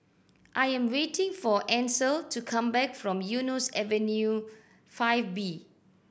I am waiting for Ansel to come back from Eunos Avenue Five B